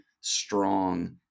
strong